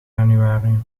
januari